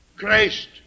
Christ